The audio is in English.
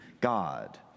God